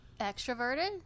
extroverted